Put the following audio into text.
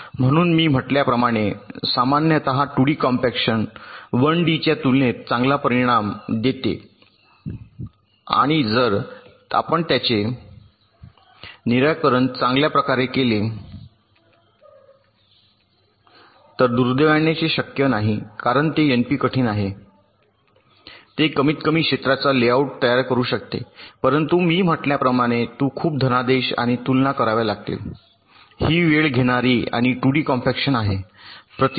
म्हणून मी म्हटल्याप्रमाणे सामान्यतः 2डी कॉम्पॅक्शन 1 डी च्या तुलनेत चांगला परिणाम देते आणि जर आपण त्याचे निराकरण चांगल्या प्रकारे केले तर दुर्दैवाने ते शक्य नाही कारण ते एनपी कठिण आहे ते कमीतकमी क्षेत्राचा लेआउट तयार करू शकते परंतु मी म्हटल्याप्रमाणे तू खूप धनादेश आणि तुलना कराव्या लागतील ही वेळ घेणारी आणि 2 डी कॉम्पॅक्शन आहे प्रति से